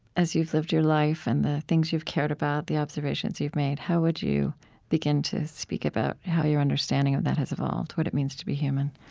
as you've lived your life and the things you've cared about, the observations you've made, how would you begin to speak about how your understanding of that has evolved, what it means to be human?